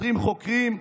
השוטרים חוקרים,